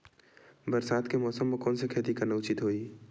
बरसात के मौसम म कोन से खेती करना उचित होही?